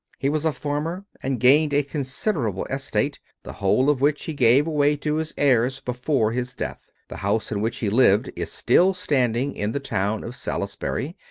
he was a farmer, and gained a considerable estate, the whole of which he gave away to his heirs before his death. the house in which he lived is still standing in the town of salisbury,